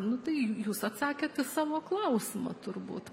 nu tai jūs atsakėt į savo klausimą turbūt